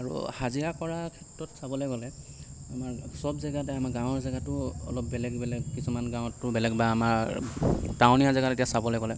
আৰু হাজিৰা কৰা ক্ষেত্ৰত চাবলৈ গ'লে আমাৰ সব জেগাতে আমাৰ গাঁৱৰ জেগাতো অলপ বেলেগ বেলেগ কিছুমান গাঁৱততো বেলেগ বা আমাৰ টাউনীয়া জেগাত এতিয়া চাবলৈ গ'লে